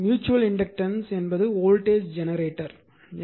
எனவே mutual inductance என்பது voltage generator